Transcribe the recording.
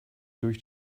durch